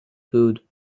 food